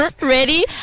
Ready